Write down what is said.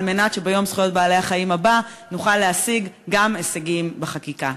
על מנת שביום זכויות בעלי-החיים הבא נוכל להשיג גם הישגים בחקיקה.